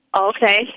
okay